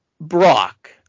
brock